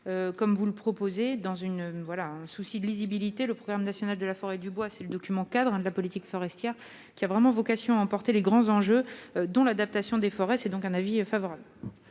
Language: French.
ces deux articles dans un souci de lisibilité. Le programme national de la forêt et du bois est le document-cadre de la politique forestière. Il a vraiment vocation à porter les grands enjeux, dont l'adaptation des forêts. J'émets donc un avis favorable.